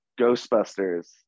Ghostbusters